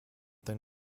than